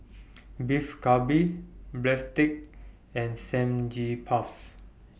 Beef Galbi Breadsticks and